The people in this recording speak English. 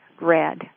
red